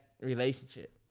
relationship